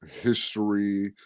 history